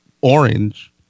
orange